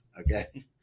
Okay